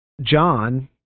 John